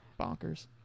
bonkers